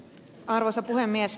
arvoisa puhemies